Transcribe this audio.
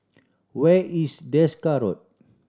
where is Desker Road